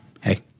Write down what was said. hey